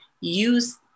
use